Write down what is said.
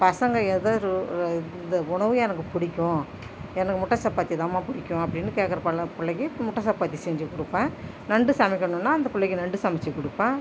பசங்கள் எத ரொ இந்த உணவு எனக்கு பிடிக்கும் எனக்கு மட்டும் சப்பாத்தி தான்மா பிடிக்கும் அப்படின்னு கேட்குற பல பிள்ளைக்கி முட்டை சப்பாத்தி செஞ்சு குடுப்பேன் நண்டு சமைக்கணும்னா அந்த பிள்ளைக்கு நண்டு சமைச்சி கொடுப்பேன்